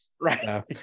right